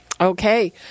Okay